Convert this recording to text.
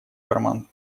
карман